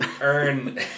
earn